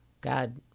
God